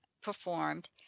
performed